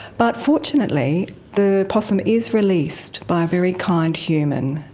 but fortunately the possum is released by a very kind human,